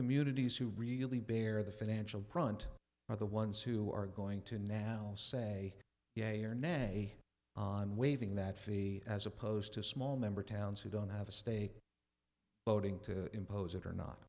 immunities who really bear the financial print are the ones who are going to now say yea or nay on waiving that fee as opposed to a small member towns who don't have a stake voting to impose it or not